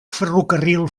ferrocarril